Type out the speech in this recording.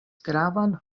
gravan